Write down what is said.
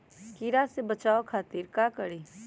कीरा से बचाओ खातिर का करी?